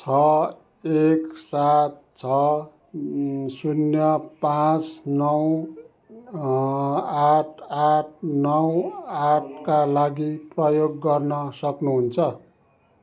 छ एक सात छ शून्य पाँच नौ आठ आठ नौ आठका लागि प्रयोग गर्न सक्नुहुन्छ